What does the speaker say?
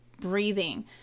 breathing